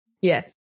Yes